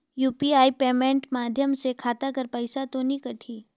UPI payment माध्यम से खाता कर पइसा तो नी कटही?